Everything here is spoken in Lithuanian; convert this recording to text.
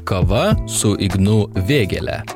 kava su ignu vėgėle